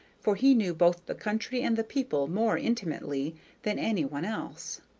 for he knew both the country and the people more intimately than any one else.